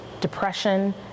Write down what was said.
depression